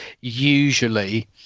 Usually